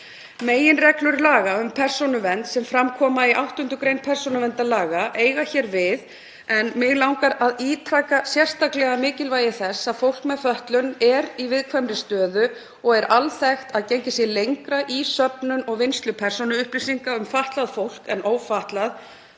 Meginreglur laga um persónuvernd sem fram koma í 8. gr. persónuverndarlaga eiga hér við en mig langar að ítreka sérstaklega mikilvægi þess að fólk með fötlun er í viðkvæmri stöðu og er alþekkt að gengið sé lengra í söfnun og vinnslu persónuupplýsinga um fatlað fólk en ófatlað